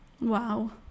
wow